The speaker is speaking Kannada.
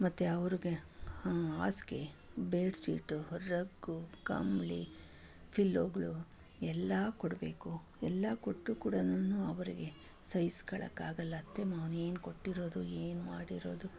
ಮತ್ತೆ ಅವ್ರಿಗೆ ಹಾಸಿಗೆ ಬೆಡ್ಶೀಟು ರಗ್ಗು ಕಂಬಳಿ ಪಿಲ್ಲೋಗಳು ಎಲ್ಲ ಕೊಡಬೇಕು ಎಲ್ಲ ಕೊಟ್ಟರೂ ಕೂಡನು ಅವರಿಗೆ ಸಹಿಸ್ಕೊಳ್ಳೋಕಾಗಲ್ಲ ಅತ್ತೆ ಮಾವನಿಗೆ ಏನು ಕೊಟ್ಟಿರೋದು ಏನು ಮಾಡಿರೋದು